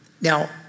Now